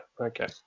Okay